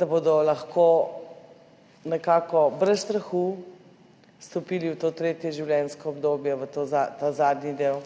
da bodo lahko nekako brez strahu vstopili v to tretje življenjsko obdobje, v ta zadnji del,